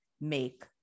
make